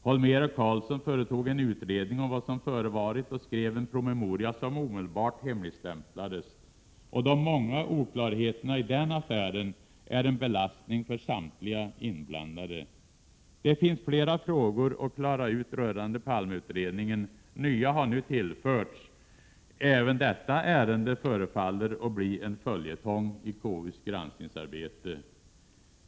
Holmér och Carlsson företog en utredning om vad som förevarit och skrev en promemoria som omedelbart hemligstämplades. De många oklarheterna i den affären är en belastning för samtliga inblandade. Det finns flera frågor att klara ut rörande Palmeutredningen. Nya har nu tillförts. Även detta ärende förefaller bli en följetong i KU:s granskningsarbete.